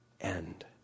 end